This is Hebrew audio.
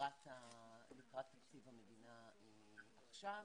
לקראת תקציב המדינה עכשיו.